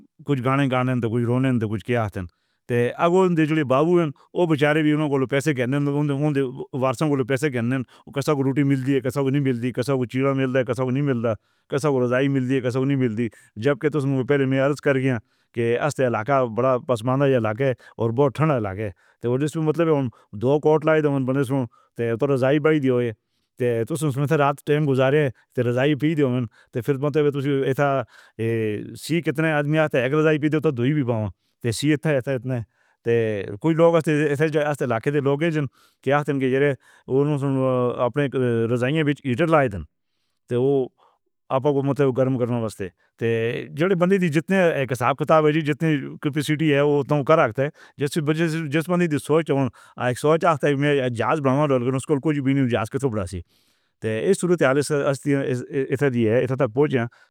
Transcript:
کُجھ گانے گانے تو کُجھ رونے تو کُجھ کہندے نیں۔ تے اگوا بابو اوم۔ او بیچارے بھی انہوں نے پیسے نے انہوں نے ورھیاں پہلے پیسے ڈینے۔ او کِسے کو روٹی ملدی اے، کِسے کو نئیں ملدی۔ کِسے کو چِڑا ملدا اے، کِسے کو نئیں ملدا۔ کِسے کو رضائی ملدی اے، کِسے کو نئیں ملدی جدوں کہ تُس پےڑ وچ ارج کر گیا کے آستے علاقے دا بڑا بسمانٹا ورگا لگے تے بہوں ٹھنڈ لگے تاں اُسدے وچ مطلب دو کوٹ لائے تاں بنے تاں رضائی پئی ہوئی سی تاں رات ٹائم گزارے۔ تاں رضائی پی دے ہوݨ توں فیر تے ایتھے۔ ایہا سی کِتنے آدمی نیں تاں اک رضائی دوئی بھی پاؤ۔ تے سی اِتنا تیز اے۔ کوئی لوک آستے علاقے دے لوک نیں جنہاں کہندے نیں کہ جو اپݨیاں رضائیاں وچ ہیٹر لائے سن تاں اوہ اپݨے کوں گرم کرݨ واسطے۔ تے جِلے بندے بھی جِتنے کسان خطاب نیں جی جِتنی کیپیسٹی اے اُتنا کر سکدے جیویں جیس بندے دی سوچ ہووݨ سوچ آندا اے۔ میں جاج بنوانا اُسکوں کُجھ نئیں کِتنا وڈا اے یار۔ تے ایہ حالت اے تیاگ دی۔